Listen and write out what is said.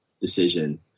decision